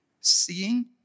seeing